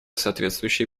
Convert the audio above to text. соответствующие